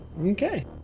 Okay